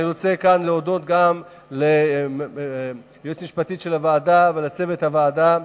אני רוצה להודות לייעוץ המשפטי של הוועדה ולצוות הוועדה,